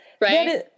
Right